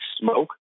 smoke